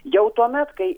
jau tuomet kai